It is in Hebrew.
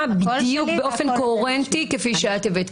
בדיוק באופן קוהרנטי כפי שאת הבאת,